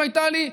אם הייתה לי,